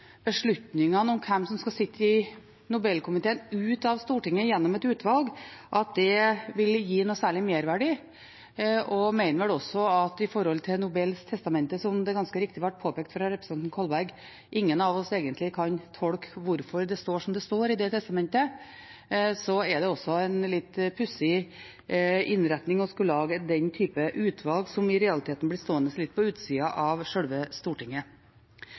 beslutningene om hvem som skal sitte i Nobelkomiteen, ut av Stortinget gjennom et utvalg, ville gi noe særlig merverdi, og mener vel også at når ingen av oss, som det ganske riktig ble påpekt av representanten Kolberg, egentlig kan tolke hvorfor det står som det står i Nobels testamente, er det en litt pussig innretning å skulle lage den type utvalg, som i realiteten blir stående litt på utsiden av sjølve Stortinget.